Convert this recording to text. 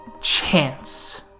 chance